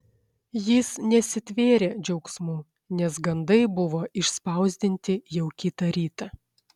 jis nesitvėrė džiaugsmu nes gandai buvo išspausdinti jau kitą rytą